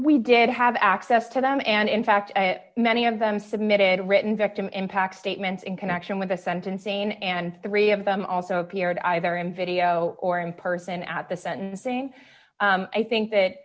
we did have access to them and in fact many of them submitted written victim impact statements in connection with the sentencing and three of them also appeared either in video or in person at the sentencing i think that